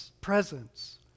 presence